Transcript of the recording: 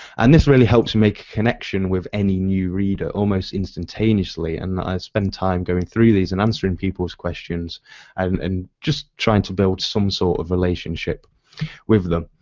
and this really helps make a connection with any new reader almost instantaneously and i spend time going through these and answering people's questions and then just trying to build some sort of relationship with them.